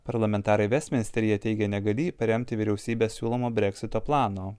parlamentarai vestmensteryje teigė negalį paremti vyriausybės siūlomo breksito plano